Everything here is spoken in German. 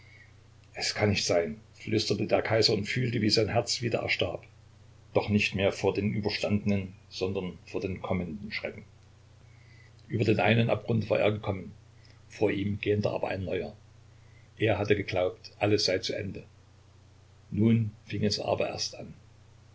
es kann nicht sein flüsterte der kaiser und fühlte wie sein herz wieder erstarb doch nicht mehr vor den überstandenen sondern vor den kommenden schrecken über den einen abgrund war er gekommen vor ihm gähnte aber ein neuer er hatte geglaubt alles sei zu ende nun fing es aber erst an